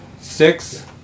Six